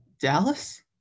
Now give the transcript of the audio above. Dallas